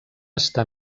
està